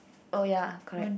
oh ya correct